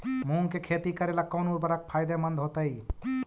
मुंग के खेती करेला कौन उर्वरक फायदेमंद होतइ?